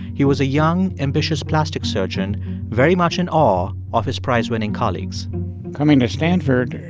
he was a young, ambitious plastic surgeon very much in awe of his prize-winning colleagues coming to stanford,